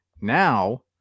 Now